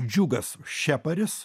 džiugas šeparis